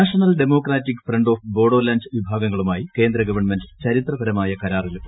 national Democratic Front of Bodoland വിഭാഗങ്ങളുമായി കേന്ദ്ര government ചരിത്രപരമായ കരാറിൽ ഒപ്പുവച്ചു